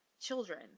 children